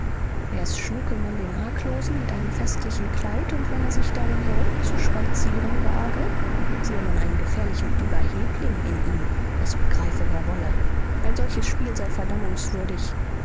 erst schmücke man den arglosen mit einem festlichen kleid und wenn er dann darin herumzuspazieren wage sehe man einen gefährlichen überhebling in ihm das begreife wer wolle ein solches spiel sei